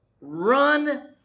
run